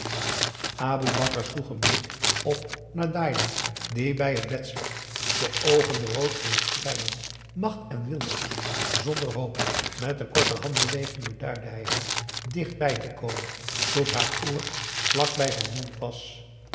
aboe bakar sloeg een blik op naar dailah die bij het bed zat de oogen rood van t schreien macht en willoos zonder hoop met een korte handbeweging beduidde hij haar dichtbij te komen tot haar oor vlak bij zijn mond was